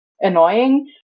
annoying